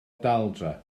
daldra